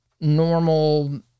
normal